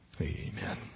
Amen